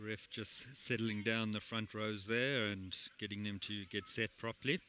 rif just settling down the front rows there and getting them to get set properly